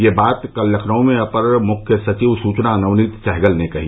यह बात कल लखनऊ में अपर मुख्य सचिव सूचना नवनीत सहगल ने कही